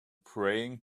praying